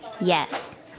Yes